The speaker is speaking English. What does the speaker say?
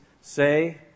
say